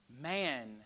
man